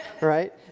right